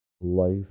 Life